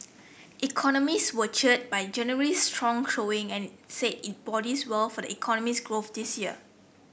economists were cheered by January's strong showing and said it bodes well for the economy's growth this year